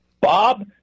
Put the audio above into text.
Bob